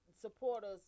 supporters